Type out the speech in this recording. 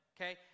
okay